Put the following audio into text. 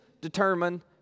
determine